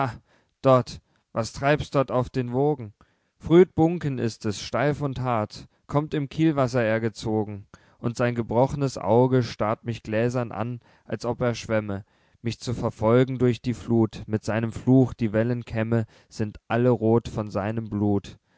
dort was treibt dort auf den wogen früd buncken ist es steif und hart kommt im kielwasser er gezogen und sein gebrochnes auge starrt mich gläsern an als ob er schwämme mich zu verfolgen durch die fluth mit seinem fluch die wellenkämme sind alle roth von seinem blut